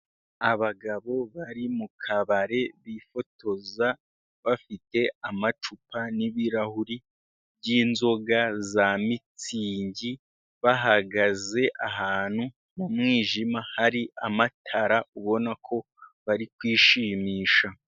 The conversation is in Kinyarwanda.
Abagabo bari mu kabari, bifotoza bafite amacupa n'ibirahuri by'inzoga za mitsingi, bahagaze ahantu mu mwijima, hari amatara ubona ko bari kwishimisha.